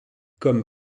comme